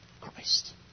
Christ